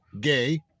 gay